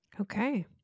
Okay